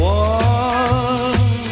one